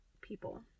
people